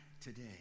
today